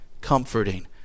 comforting